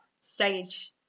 stage